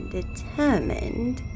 determined